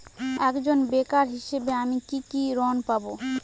একজন বেকার হিসেবে আমি কি কি ঋণ পাব?